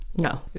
No